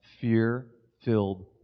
fear-filled